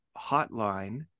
Hotline